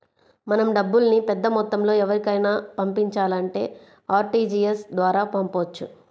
మనం డబ్బుల్ని పెద్దమొత్తంలో ఎవరికైనా పంపించాలంటే ఆర్టీజీయస్ ద్వారా పంపొచ్చు